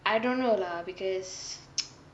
I don't know lah because